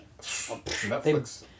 Netflix